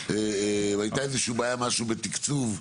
בעיה בתקצוב.